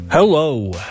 Hello